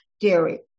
dairy